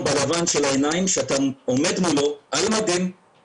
בלבן של העיניים כשאתה עומד מולו בכיתה,